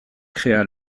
créa